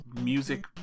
music